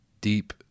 deep